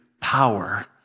power